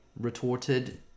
retorted